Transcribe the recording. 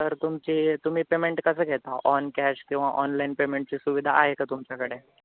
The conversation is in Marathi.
तर तुमची तुम्ही पेमेंट कसं घेता ऑन कॅश किंवा ऑनलाईन पेमेंटची सुविधा आहे का तुमच्याकडे